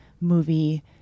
movie